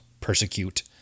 persecute